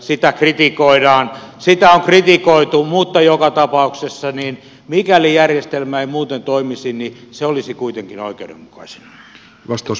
sitä on kritikoitu mutta joka tapauksessa mikäli järjestelmä ei muuten toimisi se olisi kuitenkin oikeudenmukaisinta